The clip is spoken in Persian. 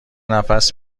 نفس